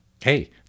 hey